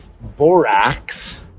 borax